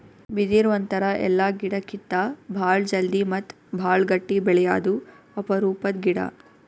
ಬಿದಿರ್ ಒಂಥರಾ ಎಲ್ಲಾ ಗಿಡಕ್ಕಿತ್ತಾ ಭಾಳ್ ಜಲ್ದಿ ಮತ್ತ್ ಭಾಳ್ ಗಟ್ಟಿ ಬೆಳ್ಯಾದು ಅಪರೂಪದ್ ಗಿಡಾ